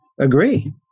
agree